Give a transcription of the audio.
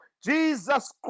jesus